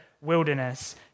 wilderness